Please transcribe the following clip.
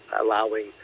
allowing